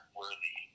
worthy